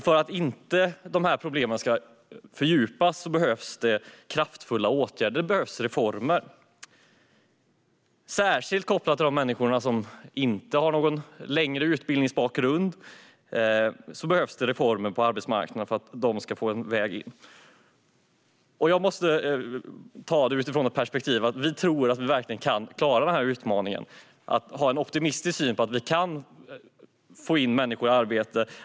För att dessa problem inte ska fördjupas behövs kraftfulla åtgärder och reformer. Reformer på arbetsmarknaden behövs särskilt när det gäller de människor som inte har någon längre utbildningsbakgrund så att de får en väg in. Jag måste utgå från perspektivet att tro att man verkligen kan klara av denna utmaning. Vi måste ha en optimistisk syn på vår förmåga att få in människor i arbete.